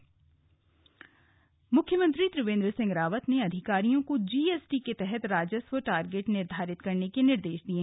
GST बैठक मुख्यमंत्री त्रिवेन्द्र सिंह रावत ने अधिकारियों को जीएसटी के तहत राजस्व टारगेट निर्धारित करने के निर्देश दिये